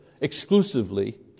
exclusively